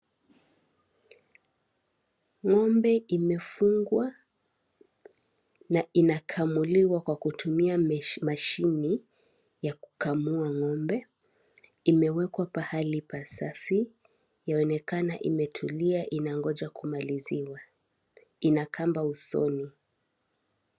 Ng'ombe imefungwa na inakamuliwa kwa kutumia mashini ya kukamua ng'ombe, imewekwa pahali pasafi yaonekana imetulia inangoja kumaliziwa, ina kamba usoni.